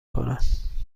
کنم